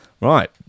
right